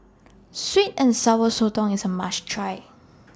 Sweet and Sour Sotong IS A must Try